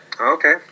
Okay